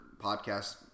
podcast